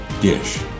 Dish